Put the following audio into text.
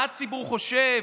מה הציבור חושב.